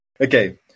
Okay